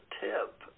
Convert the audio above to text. tip